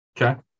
Okay